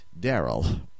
Daryl